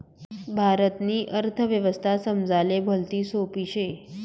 भारतनी अर्थव्यवस्था समजाले भलती सोपी शे